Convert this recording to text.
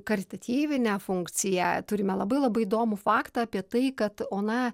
karitatyvinę funkciją turime labai labai įdomų faktą apie tai kad ona